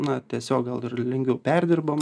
na tiesiog gal ir lengviau perdirbam